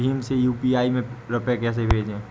भीम से यू.पी.आई में रूपए कैसे भेजें?